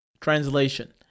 Translation